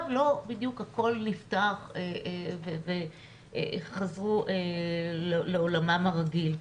לא בדיוק הכל נפתח וחזרו לעומם הרגיל.